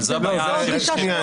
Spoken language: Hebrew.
אבל זו הבעיה הראשית.